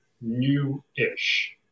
new-ish